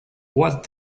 what